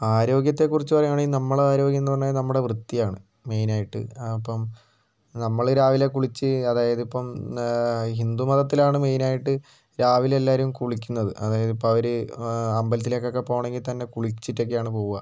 ആരോഗ്യത്തെ കുറിച്ചു പറയുവാണെങ്കിൽ നമ്മളെ ആരോഗ്യം എന്ന് പറഞ്ഞാൽ നമ്മുടെ വൃത്തി ആണ് മെയിനായിട്ട് അപ്പോൾ നമ്മള് രാവിലെ കുളിച്ചു അതായത് ഇപ്പം ഹിന്ദു മതത്തിലാണ് മെയിനായിട്ട് രാവിലേ എല്ലാവരും കുളിക്കുന്നത് അതായതു ഇപ്പൊ അവരു അമ്പലത്തിലൊക്കെ പോവാണെങ്കിൽ തന്നെ കുളിച്ചിട്ടു ഒക്കെ ആണ് പോകുവ